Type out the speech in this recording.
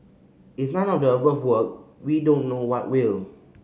if none of the above work we don't know what will